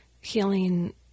healing